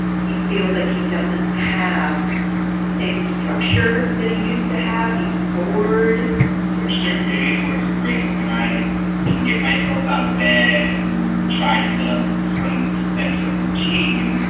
he feels like he doesn't have the same structure that he used to have. he's certain days where it's great and i can get myself out of bed and try to set up some sense of routine.